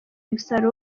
umusaruro